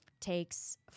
takes